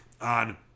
on